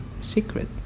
secret